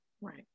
Right